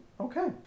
okay